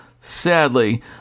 Sadly